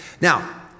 Now